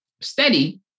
steady